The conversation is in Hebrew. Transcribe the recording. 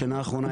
השנה האחרונה,